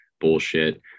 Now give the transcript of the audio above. bullshit